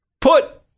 put